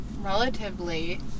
relatively